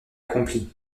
accompli